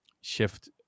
shift